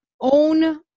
own